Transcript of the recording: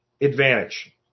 advantage